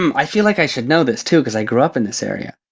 um i feel like i should know this, too, because i grew up in this area.